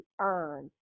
earn